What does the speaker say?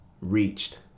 reached